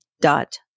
dot